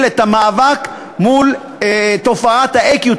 בכנסת את המאבק מול תופעת ה"איקיוטק".